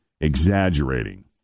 exaggerating